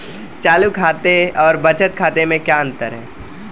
चालू खाते और बचत खाते में क्या अंतर है?